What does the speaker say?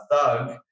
thug